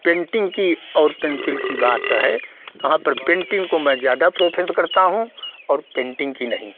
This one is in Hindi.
पेन्टिन्ग की और पेन्सिल की बात है वहाँ पर पेन्टिन्ग को मैं ज़्यादा प्रेफरेन्स करता हूँ और पेन्टिन्ग की नहीं